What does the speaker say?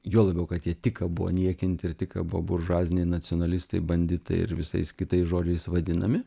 juo labiau kad jie tik ką buvo niekinti ir tik ką buvo buržuaziniai nacionalistai banditai ir visais kitais žodžiais vadinami